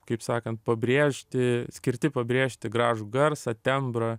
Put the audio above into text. kaip sakant pabrėžti skirti pabrėžti gražų garsą tembrą